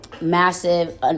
massive